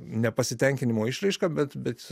nepasitenkinimo išraiška bet bet